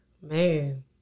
Man